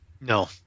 No